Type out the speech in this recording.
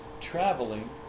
traveling